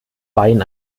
wein